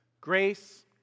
grace